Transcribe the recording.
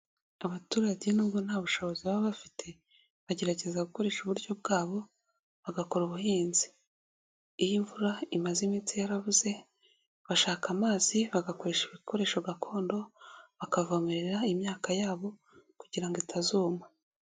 Abaturage nubwo nta bushobozi baba bafite bagerageza gukoresha uburyo bwabo bagakora ubuhinzi, iyo imvura imaze iminsi yarabuze bashaka amazi bagakoresha ibikoresho gakondo bakavomerera imyaka yabo kugira ngo itazuma.